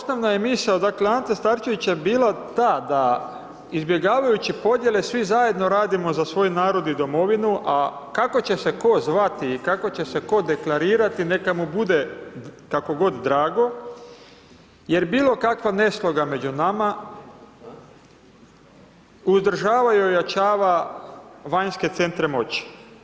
Osnovna je misao, dakle, Ante Starčevića je bila ta da izbjegavajući podjele svi zajedno radimo za svoj narod i domovinu, a kako će se tko zvati i kako će se tko deklarirati, neka mu bude kako god drago, jer bilo kakva nesloga među nama, uzdržava i ojačava vanjske centre moći.